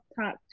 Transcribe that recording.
Talk